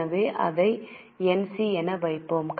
எனவே அதை NC என வைப்போம்